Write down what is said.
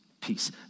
peace